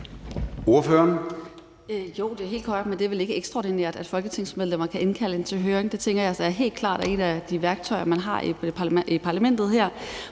(UFG): Jo, det er helt korrekt, men det er vel ikke ekstraordinært, at folketingsmedlemmer kan indkalde til høring. Det tænker jeg da helt klart er et af de værktøjer, man har i parlamentet her,